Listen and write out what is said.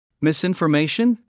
Misinformation